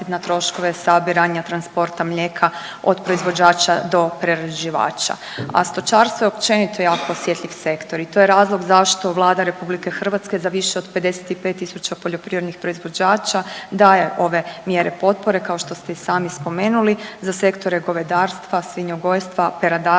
na troškove sabiranja transporta mlijeka od proizvođača do prerađivača. A stočarstvo je općenito jako osjetljiv sektor i to je razlog zašto Vlada RH za više od 55.000 poljoprivrednih proizvođača daje ove mjere potpore kao što ste i sami spomenuli za sektore govedarstva, svinjogojstva, peradarstva,